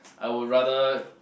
I would rather